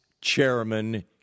Chairman